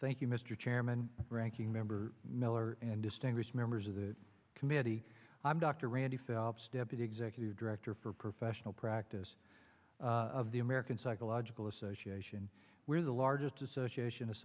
you mr chairman ranking member miller and distinguished members of the committee i'm dr randy phelps deputy executive director for professional practice of the american psychological association where the largest association of